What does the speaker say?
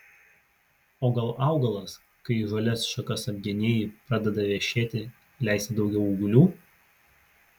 o gal augalas kai žalias šakas apgenėji pradeda vešėti leisti daugiau ūglių